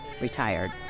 retired